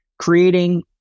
creating